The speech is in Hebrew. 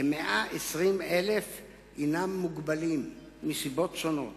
כ-120,000 הם מוגבלים מסיבות שונות,